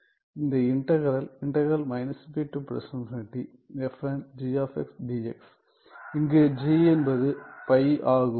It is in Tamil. இந்த இன்டகிறல் இங்கு g என்பது பை ஆகும்